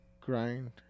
grind